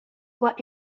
what